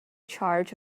charge